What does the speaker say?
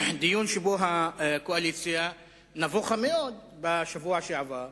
דיון שבו הקואליציה נבוכה מאוד בשבוע שעבר.